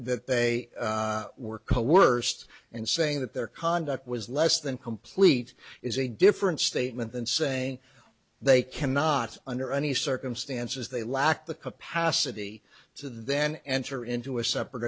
that they were coerced and saying that their conduct was less than complete is a different statement than saying they cannot under any circumstances they lack the capacity to then enter into a separate